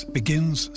begins